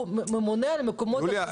הוא הממונה על המקומות הקדושים.